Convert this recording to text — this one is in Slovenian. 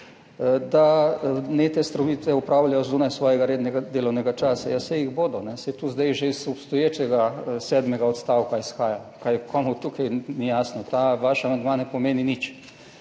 da ne te storitve opravljajo zunaj svojega rednega delovnega časa. Ja, saj jih bodo. Saj to zdaj že iz obstoječega sedmega odstavka izhaja. Kaj je komu tukaj ni jasno, ta vaš amandma ne pomeni nič.